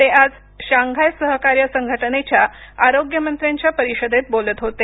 ते आज शांघाय सहकार्य संघटनेच्या आरोग्य मंत्र्यांच्या परिषदेत बोलत होते